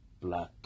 black